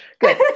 good